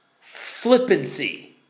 flippancy